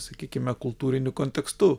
sakykime kultūriniu kontekstu